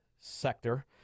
sector